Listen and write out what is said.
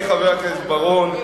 חברי חבר הכנסת בר-און,